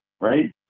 right